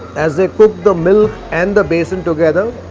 as they cook the milk and the besan together.